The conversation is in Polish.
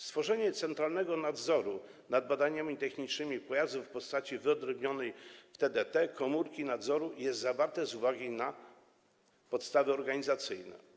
Stworzenie centralnego nadzoru nad badaniami technicznymi pojazdów w postaci wyodrębnionej w TDT komórki nadzoru jest tu zawarte z uwagi na podstawy organizacyjne.